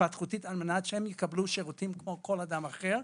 התפתחותית על מנת שהם יקבלו שירותים כמו כל אדם אחר,